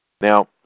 Now